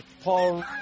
Paul